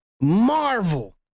Marvel